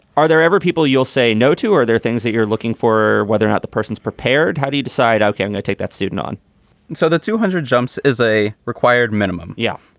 are there ever people you'll say no to? are there things that you're looking for? whether or not the person is prepared. how do you decide? can i take that student on? and so the two hundred jumps is a required minimum. yeah.